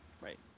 Right